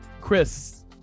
Chris